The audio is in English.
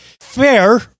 Fair